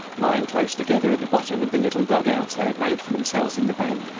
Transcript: lying close together at the bottom of the little dug-outs they had made for themselves in the bank,